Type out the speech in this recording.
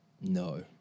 No